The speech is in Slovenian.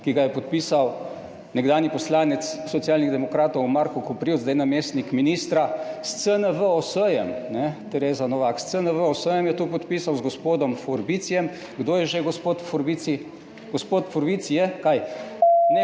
ki ga je podpisal nekdanji poslanec Socialnih demokratov Marko Koprivc, zdaj namestnik ministra s CNVOS-jem, Tereza Novak, s CNVOS-jem je to podpisal z gospodom Forbicijem. Kdo je že, gospod Forbici? Gospod Forbici je, kaj…